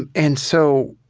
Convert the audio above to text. and and so,